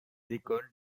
écoles